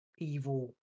evil